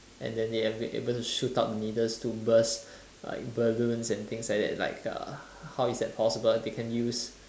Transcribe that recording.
and then they able able to shoot out needles to burst like balloons and things like that like uh how is that possible they can use